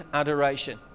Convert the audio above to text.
adoration